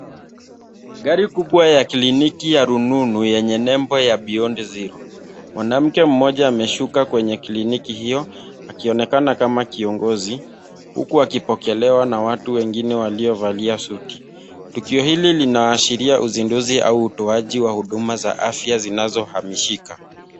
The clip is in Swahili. Gari kubwa ya kliniki ya rununu yenye nembo ya beyond zero, mwanamke mmoja ameshuka kwenye kliniki hio akionekana kama kiongozi huku akipokelewa na watu wengine waliovalia suti, tukio hili linaashiria usinduzi au utoaji wa huduma za afya zinazo hamishika.